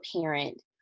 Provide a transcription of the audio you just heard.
parent